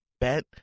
bet